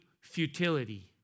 futility